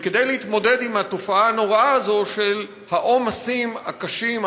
וכדי להתמודד עם התופעה הנוראה הזאת של העומסים הקשים,